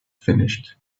finished